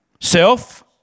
Self